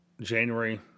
January